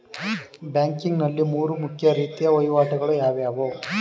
Banking ನಲ್ಲಿ ಮೂರು ಮುಖ್ಯ ರೀತಿಯ ವಹಿವಾಟುಗಳು ಯಾವುವು?